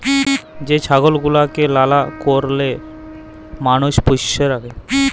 যে ছাগল গুলাকে লালা কারলে মালুষ পষ্য রাখে